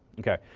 ok,